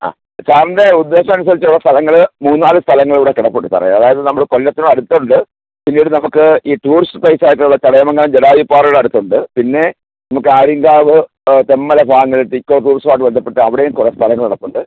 ആ സാറിന്റെ ഉദേശം അനുസരിച്ചുളള സ്ഥലങ്ങൾ മൂന്ന് നാല് സ്ഥലങ്ങളിവിടെ കിടപ്പുണ്ട് സാറെ അതായത് നമ്മള് കൊല്ലത്തുവാണ് അടുത്തുണ്ട് പിന്നീട് നമുക്ക് ഈ ടൂറിസ്റ്റ് പ്ലേസായിട്ടുള്ള ചടയമങ്കലം ജഡായു പാറ ഇവിടെ അടുത്തുണ്ട് പിന്നെ നമുക്ക് ആര്യങ്കാവ് തെന്മല ഭാഗങ്ങളിൽ ഇക്കോ ടൂറിസവുമായിട്ട് ബന്ധപ്പെട്ട് അവിടേയും കുറെ സ്ഥലങ്ങള് കിടപ്പുണ്ട്